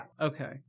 okay